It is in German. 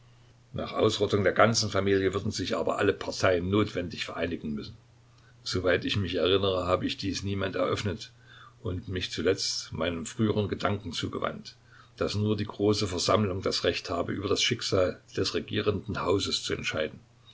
nach ausrottung der ganzen familie würden sich aber alle parteien notwendig vereinigen müssen soweit ich mich erinnere habe ich dies niemand eröffnet und mich zuletzt meinem früheren gedanken zugewandt daß nur die große versammlung das recht habe über das schicksal des regierenden hauses zu entscheiden